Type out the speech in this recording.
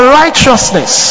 righteousness